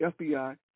FBI